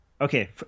Okay